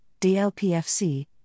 DLPFC